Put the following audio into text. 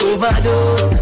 Overdose